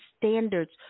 standards